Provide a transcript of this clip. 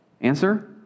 Answer